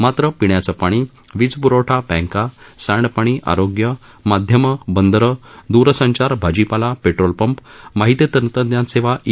मात्र पिण्याचं पाणी वीजप्रवठा बँका सांडपाणीआरोग्य माध्यमं बंदरं द्रसंचार भाजीपाला पेट्रोल पंप माहिती तंत्रज्ञान सेवा ई